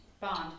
Bond